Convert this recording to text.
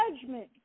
judgment